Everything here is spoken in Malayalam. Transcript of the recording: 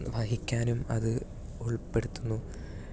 വഹിക്കാനും അത് ഉൾപ്പെടുത്തുന്നു